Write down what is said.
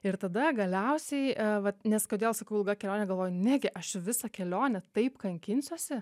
ir tada galiausiai vat nes kodėl sakau ilga kelionė galvojau negi aš visą kelionę taip kankinsiuosi